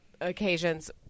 occasions